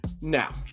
Now